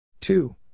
Two